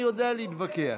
אני יודע להתווכח.